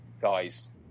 guys